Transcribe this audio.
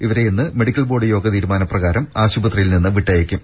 ഇവരെ ഇന്ന് medical board യോഗ തീരുമാന പ്രകാരം ആശുപത്രിയിൽ നിന്ന് വിട്ടയക്കും